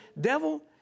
devil